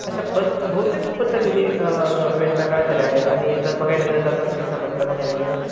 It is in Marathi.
अशा ब बहुतेक पद्धतीने योजना काढलेल्या आहे आणि त्या बघायला गेलं आता स्री संबंधित बघायला गेलं